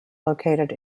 located